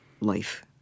life